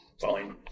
fine